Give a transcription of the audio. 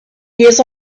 years